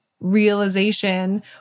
realization